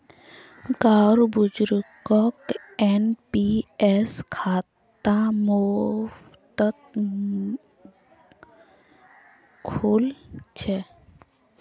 गांउर बुजुर्गक एन.पी.एस खाता मुफ्तत खुल छेक